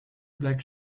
black